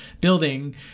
building